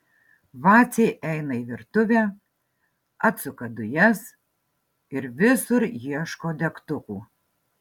vacė eina į virtuvę atsuka dujas ir visur ieško degtukų